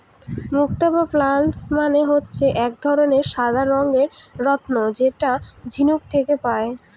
মুক্ত বা পার্লস মানে হচ্ছে এক ধরনের সাদা রঙের রত্ন যেটা ঝিনুক থেকে পায়